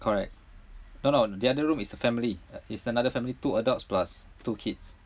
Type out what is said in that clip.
correct no no the other room is a family it's another family two adults plus two kids